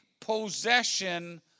possession